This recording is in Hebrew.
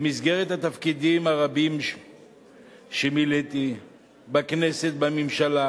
במסגרת התפקידים הרבים שמילאתי בכנסת, בממשלה,